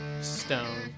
stone